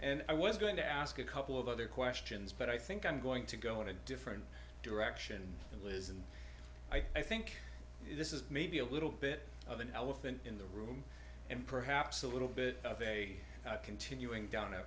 and i was going to ask a couple of other questions but i think i'm going to go in a different direction and liz and i think this is maybe a little bit of an elephant in the room and perhaps a little bit of a continuing down